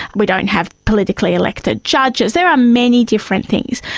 we don't have politically elected judges. there are many different things.